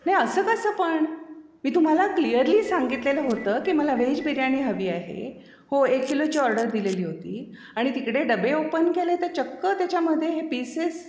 नाई असं कसं पण मी तुम्हाला क्लिअरली सांगितलेलं होतं की मला व्हेज बिर्याणी हवी आहे हो एक किलोची ऑर्डर दिलेली होती आणि तिकडे डबे ओपन केले तर चक्कं त्याच्यामधे हे पीसेस